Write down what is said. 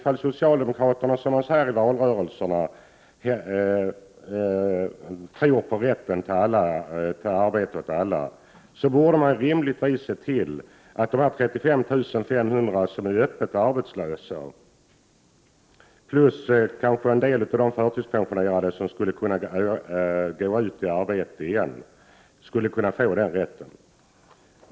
Om socialdemokraterna anser att alla människor skall ha rätt till arbete, vilket de säger i valrörelserna, borde de rimligtvis se till att de 35 500 arbetshandikappade som är öppet arbetslösa och de förtidspensionärer som skulle kunna gå ut i arbetslivet igen får ett arbete.